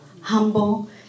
humble